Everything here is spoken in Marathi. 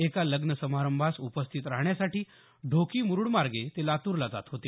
एका लग्न समारंभास उपस्थित राहण्यासाठी ढोकी मुरुडमार्गे ते लातूरला जात होते